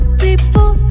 people